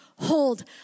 hold